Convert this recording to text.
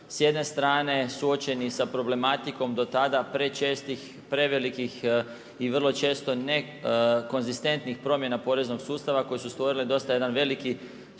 S jedne strane, suočeni s problematikom, do tak da, prečestih, prevelikih i vrlo često nekonzistentnih promjena poreznog sustava, koji su stvorili dosta jedan veliki